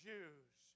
Jews